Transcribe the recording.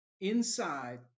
inside